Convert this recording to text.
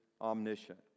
omniscient